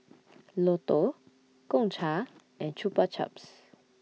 Lotto Gongcha and Chupa Chups